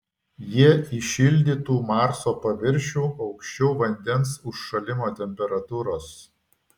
jie įšildytų marso paviršių aukščiau vandens užšalimo temperatūros